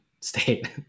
state